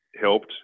helped